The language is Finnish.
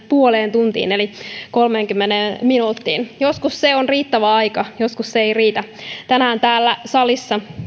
puoleen tuntiin eli kolmeenkymmeneen minuuttiin joskus se on riittävä aika joskus se ei riitä tänään täällä salissa